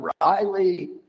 Riley